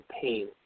pain